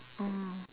mm